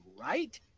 Right